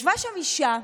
ישבה שם אישה,